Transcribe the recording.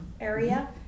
area